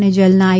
અને જેલના આઈ